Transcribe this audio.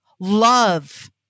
Love